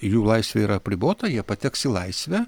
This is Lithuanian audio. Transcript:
jų laisvė yra apribota jie pateks į laisvę